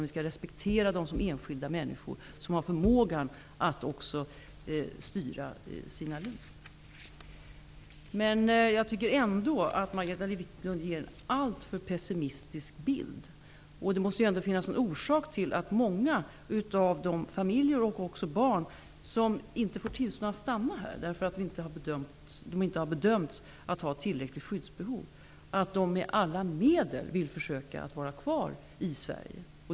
Vi skall respektera dem som enskilda människor, som har förmågan att styra sina liv. Jag tycker ändå att Margareta Viklund ger en alltför pessimistisk bild. Det måste finnas någon orsak till att många av de familjer och barn som inte får tillstånd att stanna här, därför att de inte bedöms ha tillräckligt skyddsbehov, med alla medel försöker vara kvar i Sverige.